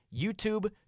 YouTube